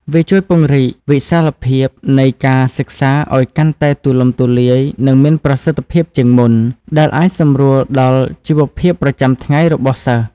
វាជួយពង្រីកវិសាលភាពនៃការសិក្សាឱ្យកាន់តែទូលំទូលាយនិងមានប្រសិទ្ធភាពជាងមុន ដែលអាចសម្រួលដល់ជីវភាពប្រចាំថ្ងៃរបស់សិស្ស។